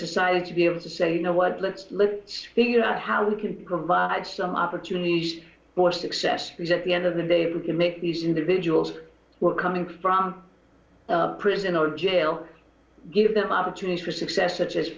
society to be able to say you know what let's let's figure out how we can provide some opportunities for success because at the end of the day we can make these individuals were coming from prison or jail give them opportunities for success such as